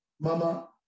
Mama